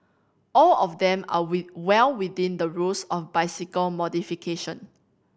all of them are well within the rules of bicycle modification